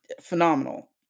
Phenomenal